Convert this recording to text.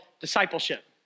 discipleship